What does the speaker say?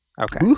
Okay